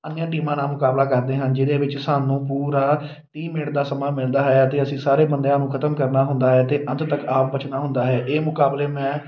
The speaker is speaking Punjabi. ਅਨਿਆਂ ਟੀਮਾਂ ਨਾਲ ਮੁਕਾਬਲਾ ਕਰਦੇ ਹਾਂ ਜਿਹਦੇ ਵਿੱਚ ਸਾਨੂੰ ਪੂਰਾ ਤੀਹ ਮਿੰਟ ਦਾ ਸਮਾਂ ਮਿਲਦਾ ਹੈ ਅਤੇ ਅਸੀਂ ਸਾਰੇ ਬੰਦਿਆਂ ਨੂੰ ਖਤਮ ਕਰਨਾ ਹੁੰਦਾ ਹੈ ਅਤੇ ਅੰਤ ਤੱਕ ਆਪ ਬਚਣਾ ਹੁੰਦਾ ਹੈ ਇਹ ਮੁਕਾਬਲੇ ਮੈਂ